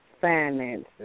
finances